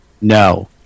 No